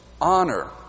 honor